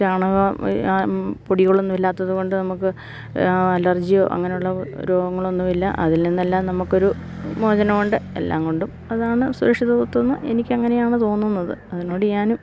ചാണകം പൊടികളൊന്നും ഇല്ലാത്തത് കൊണ്ട് നമുക്ക് അലർജിയോ അങ്ങനെ ഉള്ള രോഗങ്ങളൊന്നുമില്ല അതിൽ നിന്നെല്ലാം നമുക്കൊരു മോചനമുണ്ട് എല്ലാം കൊണ്ടും അതാണ് സുരക്ഷിതത്വം എനിക്കങ്ങനെയാണ് തോന്നുന്നത് അതിനോട് ഞാനും